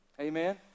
Amen